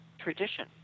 tradition